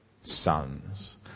sons